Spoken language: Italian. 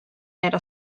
era